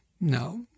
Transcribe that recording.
No